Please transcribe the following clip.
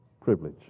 privilege